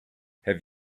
have